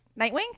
Nightwing